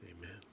Amen